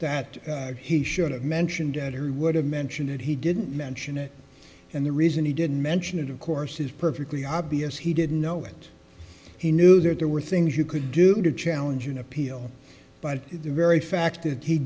that he should have mentioned out or would have mentioned it he didn't mention it and the reason he didn't mention it of course is perfectly obvious he didn't know it he knew that there were things you could do to challenge an appeal but the very fact that he